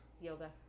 yoga